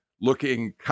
looking